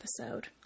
episode